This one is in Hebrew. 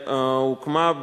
הוקמה,